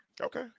Okay